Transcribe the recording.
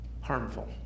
harmful